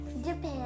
Japan